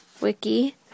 wiki